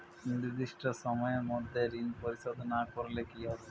নির্দিষ্ট সময়ে মধ্যে ঋণ পরিশোধ না করলে কি হবে?